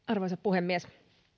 arvoisa puhemies